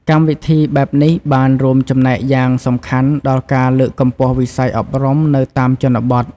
កម្មវិធីបែបនេះបានរួមចំណែកយ៉ាងសំខាន់ដល់ការលើកកម្ពស់វិស័យអប់រំនៅតាមជនបទ។